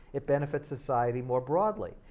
it benefits society more broadly,